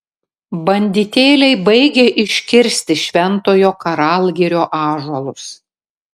banditėliai baigia iškirsti šventojo karalgirio ąžuolus